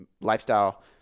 lifestyle